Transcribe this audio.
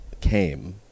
came